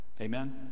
amen